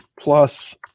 plus